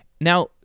now